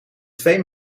twee